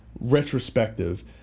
retrospective